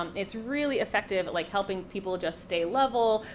um it's really effective at like helping people just stay level,